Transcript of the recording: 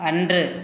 அன்று